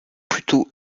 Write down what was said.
plutôt